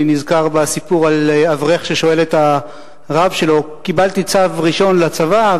אני נזכר בסיפור על אברך ששואל את הרב שלו: קיבלתי צו ראשון לצבא,